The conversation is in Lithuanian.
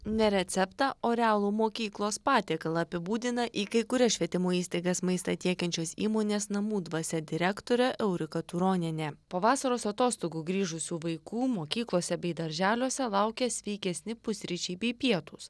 ne receptą o realų mokyklos patiekalą apibūdina į kai kurias švietimo įstaigas maistą tiekiančios įmonės namų dvasia direktorė eurika turonienė po vasaros atostogų grįžusių vaikų mokyklose bei darželiuose laukia sveikesni pusryčiai bei pietūs